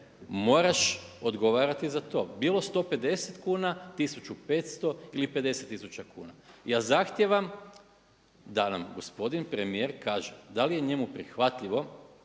moraš odgovarati za to, bilo 150 kuna, 1.500 ili 50 tisuća kuna. Ja zahtijevam da nam gospodin premijer kaže, da li je njemu prihvatljivo,